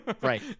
right